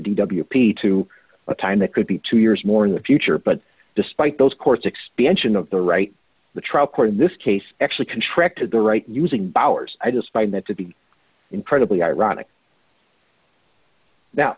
d w p to a time that could be two years more in the future but despite those courts expansion of the right the trial court in this case actually contract to the right using bowers i just find that to be incredibly ironic that